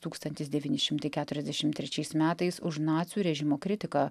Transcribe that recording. tūkstantis devyni šimtai keturiasdešimt trečiais metais už nacių režimo kritiką